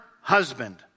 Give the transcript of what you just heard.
husband